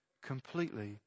completely